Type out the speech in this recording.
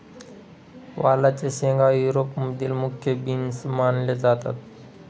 वालाच्या शेंगा युरोप मधील मुख्य बीन्स मानल्या जातात